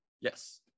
Yes